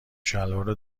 شلوار